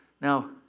Now